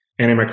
antimicrobial